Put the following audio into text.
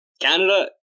Canada